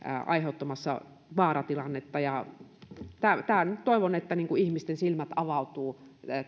aiheuttamassa vaaratilannetta toivon että ihmisten silmät avautuvat